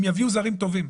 הם יביאו זרים טובים.